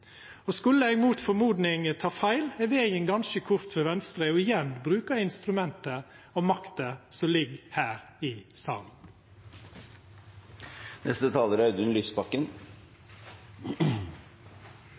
Og skulle eg mot det ein skulle venta seg, ta feil, er vegen ganske kort for Venstre til igjen å bruka instrumenta og makta som ligg her i